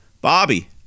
Bobby